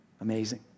Amazing